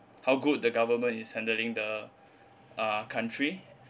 how good the government is handling the uh country